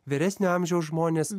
vyresnio amžiaus žmonės